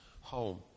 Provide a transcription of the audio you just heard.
home